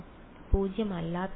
വിദ്യാർത്ഥി പൂജ്യമല്ലാത്തത്